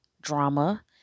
Drama